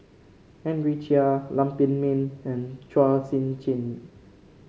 Henry Chia Lam Pin Min and Chua Sian Chin